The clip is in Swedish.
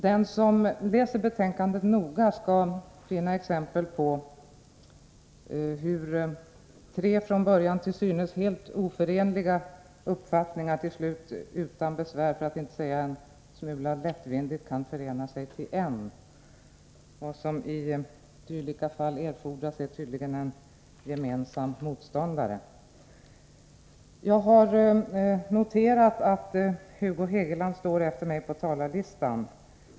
Den som läser betänkandet noga skall finna exempel på hur tre från början till synes helt oförenliga uppfattningar till slut utan besvär, för att inte säga en smula lättvindigt, kan förenas till en, och vad som i dylika fall erfordras är tydligen en gemensam motståndare. Jag har noterat att Hugo Hegeland står upptagen efter mig på talarlistan.